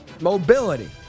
Mobility